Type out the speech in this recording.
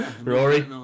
Rory